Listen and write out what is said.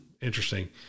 interesting